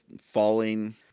falling